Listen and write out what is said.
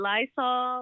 Lysol